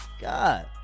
god